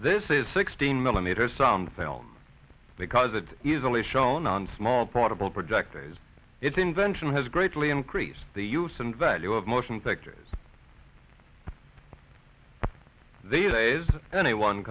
this is sixteen millimeter or something else because it's easily shown on small portable projectors its invention has greatly increased the use and value of motion pictures these days anyone